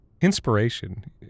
inspiration